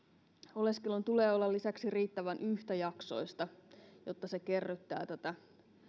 oleskelun tulee olla lisäksi riittävän yhtäjaksoista jotta se kerryttää tätä